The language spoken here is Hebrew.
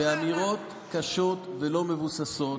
באמירות קשות ולא מבוססות,